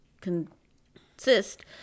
consist